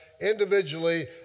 individually